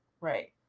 Right